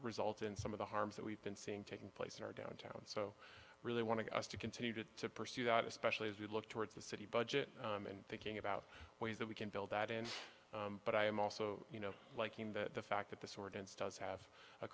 result in some of the harms that we've been seeing taking place in our downtown so really want to us to continue to pursue that especially as we look towards the city budget and thinking about ways that we can build that in but i am also you know liking that the fact that this ordinance does have a